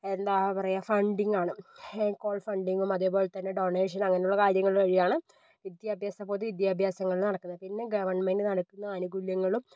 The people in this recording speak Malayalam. എന്താ പറയുക ഫണ്ടിങ്ങാണ് ഹെലിക്കോൺ ഫണ്ടിങ്ങും അതുപോലെ തന്നെ ഡൊണേഷനും അങ്ങനെയുള്ള കാര്യങ്ങൾ വഴിയാണ് വിദ്യാഭ്യാസ പൊതുവിദ്യാഭ്യാസങ്ങളിൽ നടക്കുന്നത് പിന്നെ ഗവൺമെൻറ്റ് നൽകുന്ന ആനുകൂല്യങ്ങളും